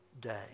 day